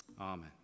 Amen